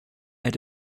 add